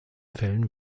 fällen